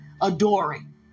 adoring